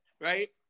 right